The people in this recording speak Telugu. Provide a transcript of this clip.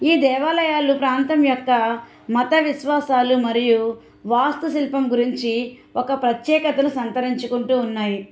ఈ దేవాలయాలు ప్రాంతం యొక్క మత విశ్వాసాలు మరియు వాస్తు శిల్పం గురించి ఒక ప్రత్యేకతను సంతరించుకుంటూ ఉన్నాయి